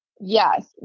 Yes